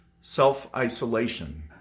self-isolation